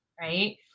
right